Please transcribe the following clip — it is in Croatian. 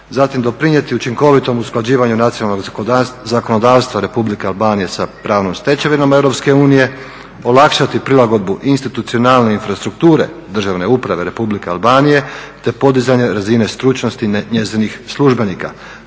zatim doprinijeti učinkovitom usklađivanju nacionalnog zakonodavstva Republike Albanije sa pravnom stečevinom EU, olakšati prilagodbu institucionalne infrastrukture državne uprave Republike Albanije, te podizanje razine stručnosti njezinih službenika